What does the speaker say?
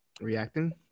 Reacting